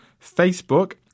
Facebook